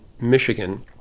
Michigan